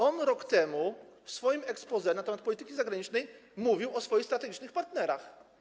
On rok temu w swoim exposé na temat polityki zagranicznej mówił o swoich strategicznych partnerach.